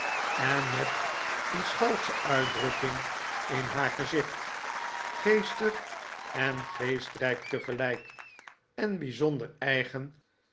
en met een schalksche uitdrukking in haar gezicht geestig en geestrijk tegelijk en bijzonder eigen